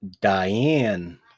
Diane